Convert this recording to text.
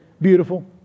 beautiful